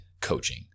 coaching